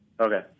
Okay